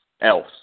else